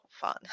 fun